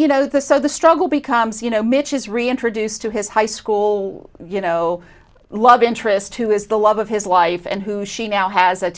you know the so the struggle becomes you know mitch has reintroduced to his high school you know love interest who is the love of his life and who she now has a